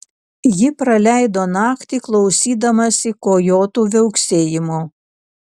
ji praleido naktį klausydamasi kojotų viauksėjimo